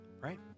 right